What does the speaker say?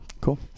cool